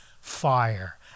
Fire